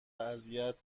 اذیت